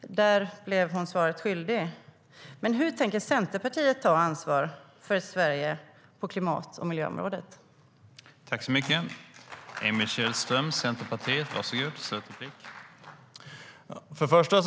Hon blev svaret skyldig. Hur tänker Centerpartiet ta ansvar för Sverige på klimat och miljöområdet?